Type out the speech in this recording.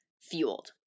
fueled